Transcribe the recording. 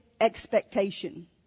Expectation